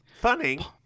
Funny